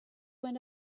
went